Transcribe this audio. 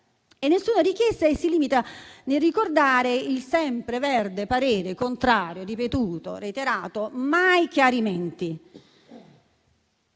ad alcuna richiesta e si limita a ricordare il sempreverde parere contrario, ripetuto e reiterato ma senza mai chiarimenti.